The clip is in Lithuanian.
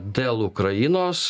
dėl ukrainos